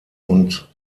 und